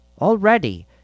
Already